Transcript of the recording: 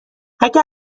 اگه